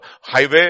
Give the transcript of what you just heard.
highway